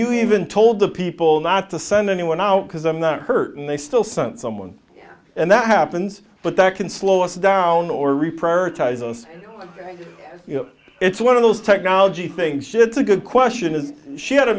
you even told the people not to send anyone out because i'm not hurt and they still sun someone and that happens but that can slow us down or re prioritize us you know it's one of those technology things shit to good question is she had a